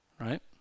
right